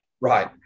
right